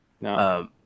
no